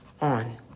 on